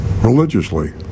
religiously